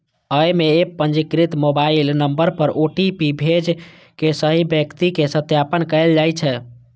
अय मे एप पंजीकृत मोबाइल नंबर पर ओ.टी.पी भेज के सही व्यक्ति के सत्यापन कैल जाइ छै